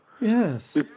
Yes